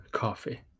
coffee